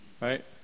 right